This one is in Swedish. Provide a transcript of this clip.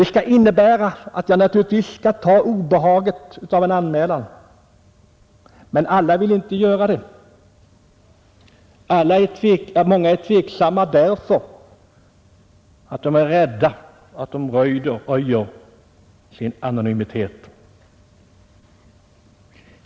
Det skall innebära Om åtgärder för att att vi naturligtvis skall ta obehaget av en anmälan om så erfordras. Men förhindra barnmissalla vill inte göra det! Många är tveksamma därför att de är rädda att de handel m.m. röjer sin anonymitet.